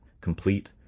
complete